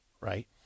right